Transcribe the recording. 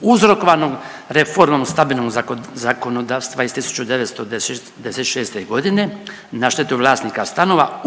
uzrokovanom reformom stambenog zakonodavstva iz 1996.g. na štetu vlasnika stanova